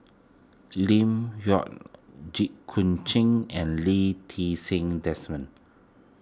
Lim Yau Jit Koon Ch'ng and Lee Ti Seng Desmond